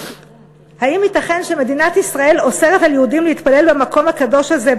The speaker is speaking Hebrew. האם ייתכן שמדינת ישראל אוסרת על יהודים להתפלל במקום הקדוש הזה,